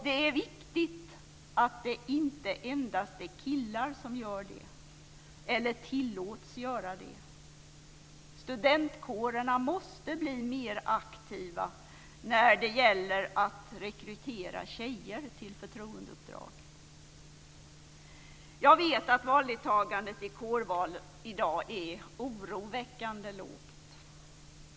Det är viktigt att det inte endast är killar som gör det eller tillåts att göra det. Studentkårerna måste bli mer aktiva när det gäller att rekrytera tjejer till förtroendeuppdrag. Jag vet att valdeltagandet i kårvalen i dag är oroväckande lågt.